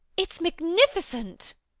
it's magnificent.